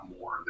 more